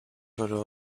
sólo